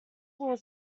will